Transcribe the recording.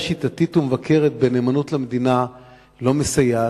שיטתית ומבקרת בנאמנות למדינה לא מסייעת?